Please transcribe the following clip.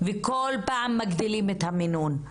וכל פעם מגדילים את המינון.